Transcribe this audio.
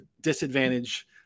disadvantage